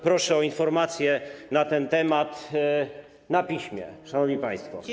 Proszę o informacje na ten temat na piśmie, szanowni państwo.